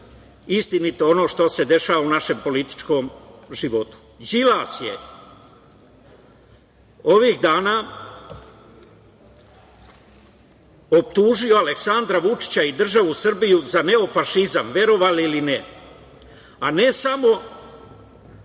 istinito, ono što se dešava u našem političkom životu. Đilas je ovih dana optužio Aleksandra Vučića i državu Srbiju za neofašizam, verovali ili ne,